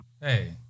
Hey